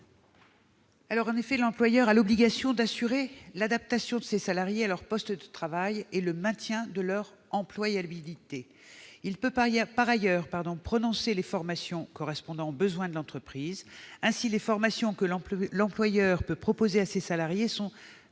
commission ? L'employeur a l'obligation d'assurer l'adaptation de ses salariés à leur poste de travail et le maintien de leur employabilité. Il peut par ailleurs proposer des formations correspondant aux besoins de l'entreprise. Ainsi, les formations qu'il peut présenter à ses salariés sont très